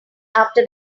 after